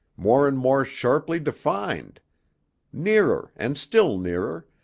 more and more sharply defined nearer and still nearer,